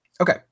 Okay